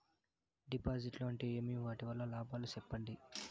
డిపాజిట్లు అంటే ఏమి? వాటి వల్ల లాభాలు సెప్పండి?